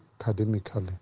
academically